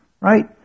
right